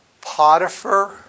Potiphar